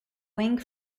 wing